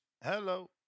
Hello